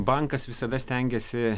bankas visada stengiasi